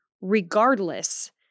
regardless